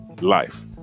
life